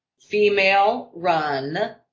female-run